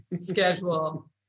schedule